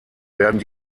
werden